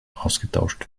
ausgetauscht